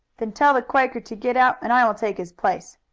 then tell the quaker to get out and i will take his place.